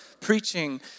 preaching